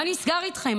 מה נסגר איתכם?